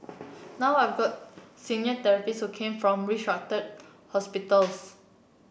now I've got senior therapists who come from restructured hospitals